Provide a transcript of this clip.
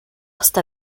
hasta